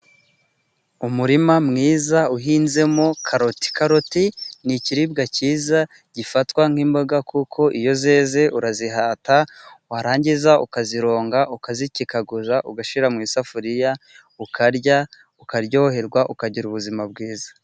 Umurima mwiza uhinzemo karoti. Karoti ni ikiribwa cyiza gifatwa nk'imboga kuko iyo zeze urazihata, warangiza ukazironga ukazikikaguza, ugashyirara mu isafuriya, ukarya, ukaryoherwa, ukagira ubuzima bwiza.